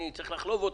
אני צריך לחלוב אתכם.